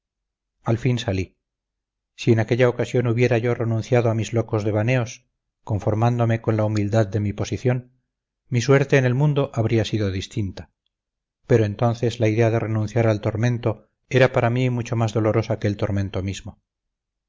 al fin salí si en aquella ocasión hubiera yo renunciado a mis locos devaneos conformándome con la humildad de mi posición mi suerte en el mundo habría sido distinta pero entonces la idea de renunciar al tormento era para mí mucho más dolorosa que el tormento mismo